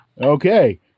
Okay